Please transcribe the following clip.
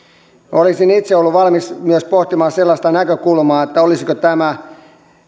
olisin itse ollut valmis pohtimaan myös sellaista näkökulmaa olisiko tämä